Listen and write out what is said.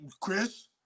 Chris